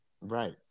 Right